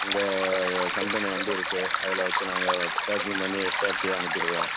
எங்கள் கம்பெனி வண்டி இருக்குது அதில் வச்சி நாங்கள் பேக்கிங் பண்ணி சேஃப்டியாக அனுப்பிடுவோம்